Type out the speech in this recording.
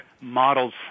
models